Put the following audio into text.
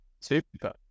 Super